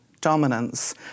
dominance